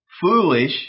foolish